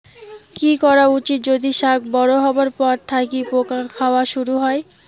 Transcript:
কি করা উচিৎ যদি শাক বড়ো হবার পর থাকি পোকা খাওয়া শুরু হয়?